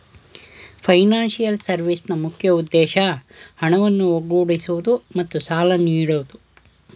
financial ಸರ್ವಿಸ್ನ ಮುಖ್ಯ ಉದ್ದೇಶ ಹಣವನ್ನು ಒಗ್ಗೂಡಿಸುವುದು ಮತ್ತು ಸಾಲ ನೀಡೋದು